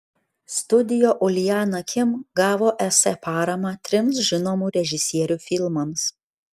studio uljana kim gavo es paramą trims žinomų režisierių filmams